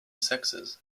sexes